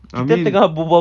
I mean